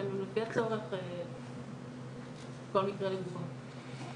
וכל מקרה לגופו.